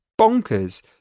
bonkers